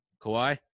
Kawhi